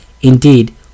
Indeed